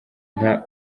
nka